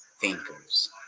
thinkers